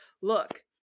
Look